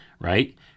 right